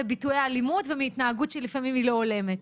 ביטויי אלימות ומהתנהגות שלפעמים היא לא הולמת.